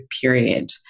period